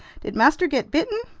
did master get bitten?